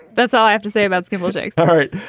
that's all i have to say about tskhinval, jake. all right.